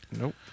Nope